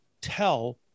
tell